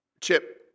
Chip